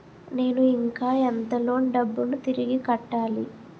నేను ఇంకా ఎంత లోన్ డబ్బును తిరిగి కట్టాలి?